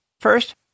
first